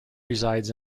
resides